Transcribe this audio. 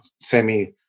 semi